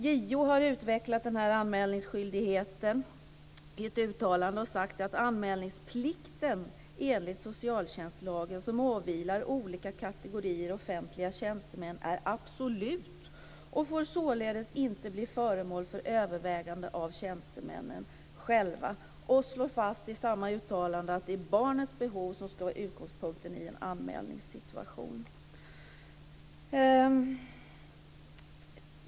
JO har utvecklat denna anmälningsskyldighet i ett uttalande och sagt att anmälningsplikten, enligt socialtjänstlagen, som åvilar olika kategorier och offentliga tjänstemän är absolut och får således inte bli föremål för övervägande av tjänstemännen själva. De slår i samma uttalande fast att det är barnens behov som ska vara utgångspunkten i en anmälningssituation.